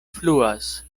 fluas